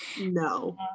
No